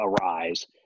arise